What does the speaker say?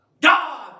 God